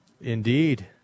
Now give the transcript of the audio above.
Indeed